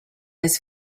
his